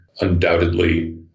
undoubtedly